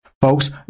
Folks